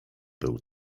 był